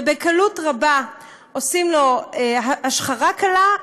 ובקלות רבה עושים לו השחרה קלה,